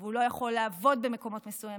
והוא לא יכול לעבוד במקומות מסוימים,